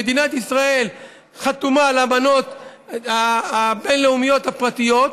ומדינת ישראל חתומה על האמנות הבין-לאומית הפרטיות,